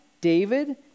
David